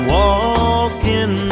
walking